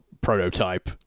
Prototype